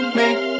make